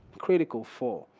critical for,